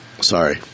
Sorry